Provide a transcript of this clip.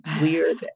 weird